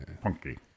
Punky